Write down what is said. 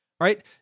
right